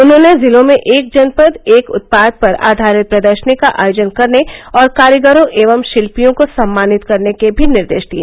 उन्होंने जिलों में एक जनपद एक उत्पाद पर आधारित प्रदर्शनी का आयोजन करने और कारीगरों एवं शिल्पियों को सम्मानित करने के भी निर्देश दिए